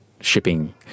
shipping